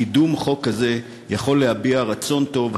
קידום חוק כזה יכול להביע רצון טוב,